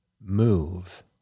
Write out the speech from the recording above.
move